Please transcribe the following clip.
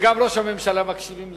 וגם ראש הממשלה מקשיבים לך.